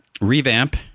Revamp